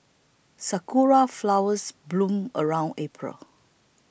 sakura flowers bloom around April